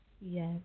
Yes